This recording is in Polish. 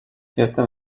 jestem